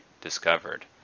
discovered